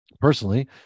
personally